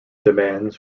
demands